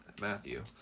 Matthew